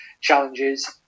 challenges